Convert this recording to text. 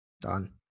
done